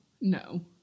No